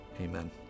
amen